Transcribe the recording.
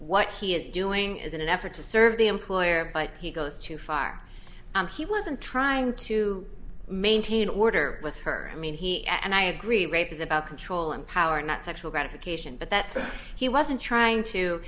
what he is doing is in an effort to serve the employer but he goes too far and he wasn't trying to maintain order with her i mean he and i agree rape is about control and power not sexual gratification but that he wasn't trying to